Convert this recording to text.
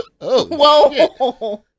Whoa